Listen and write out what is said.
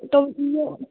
तो वह